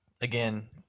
again